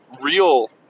real